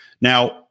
Now